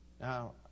Now